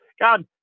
God